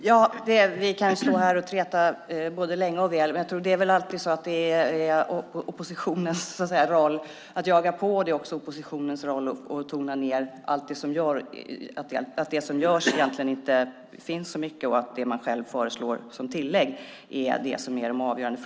Fru talman! Både länge och väl kan vi stå här och träta. Men det är väl alltid så att säga oppositionens roll att jaga på och oppositionens roll att tona ned och säga att det egentligen inte är så mycket som görs och att det man själv föreslår som tillägg är det avgörande.